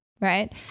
right